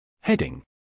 Heading